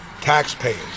taxpayers